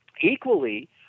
equally